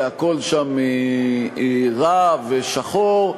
והכול שם רע ושחור,